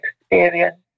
experience